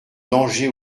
danger